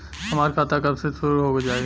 हमार खाता कब से शूरू हो जाई?